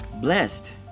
Blessed